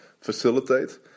facilitate